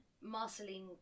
Marceline